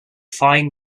fine